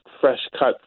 fresh-cut